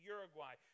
Uruguay